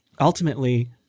ultimately